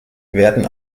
werden